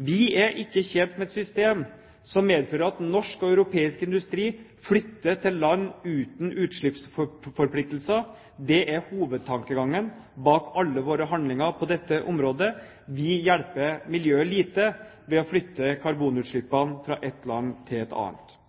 Vi er ikke tjent med et system som medfører at norsk og europeisk industri flytter til land uten utslippsforpliktelser. Det er hovedtankegangen bak alle våre handlinger på dette området. Vi hjelper miljøet lite ved å flytte karbonutslippene fra ett land til et annet.